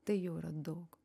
tai jau yra daug